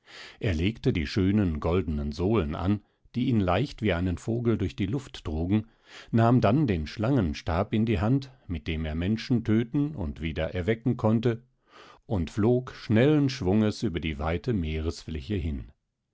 er legte die schönen goldenen sohlen an die ihn leicht wie einen vogel durch die luft trugen nahm dann den schlangenstab in die hand mit dem er menschen töten und wieder erwecken konnte und flog schnellen schwunges über die weite meeresfläche hin